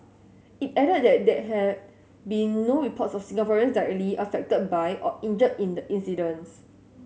it added that there had been no reports of Singaporeans directly affected by or injured in the incidents